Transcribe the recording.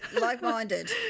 like-minded